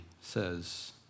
says